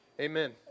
Amen